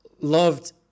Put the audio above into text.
loved